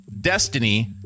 Destiny